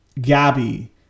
Gabby